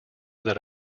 that